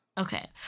Okay